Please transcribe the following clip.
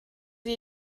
sie